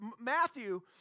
Matthew